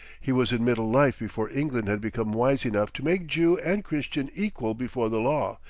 he was in middle life before england had become wise enough to make jew and christian equal before the law,